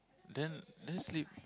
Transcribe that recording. then then sleep